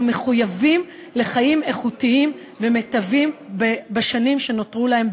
מחויבים לחיים איכותיים ומיטביים שלהם בשנים שנותרו להם,